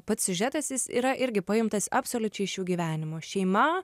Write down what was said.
pats siužetas jis yra irgi paimtas absoliučiai iš gyvenimo šeima